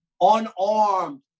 unarmed